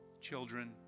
Children